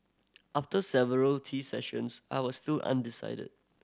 after several tea sessions I was still undecided